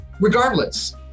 regardless